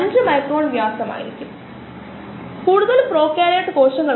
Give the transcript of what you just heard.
metabolic പാതയിലെ ഒരു പ്രധാന ബ്രാഞ്ച് പോയിന്റായ പൈറുവേറ്റ് എന്നറിയപ്പെടുന്നു